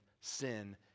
sin